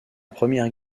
première